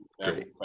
great